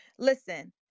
Listen